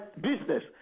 business